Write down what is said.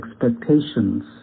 expectations